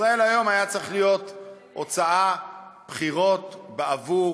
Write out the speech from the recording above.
"ישראל היום" היה צריך להיות הוצאת בחירות בעבור